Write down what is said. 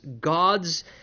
God's